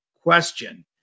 Question